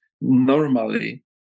normally